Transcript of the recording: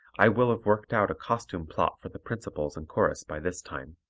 i will have worked out a costume plot for the principals and chorus by this time.